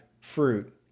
fruit